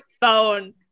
phone